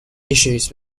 issues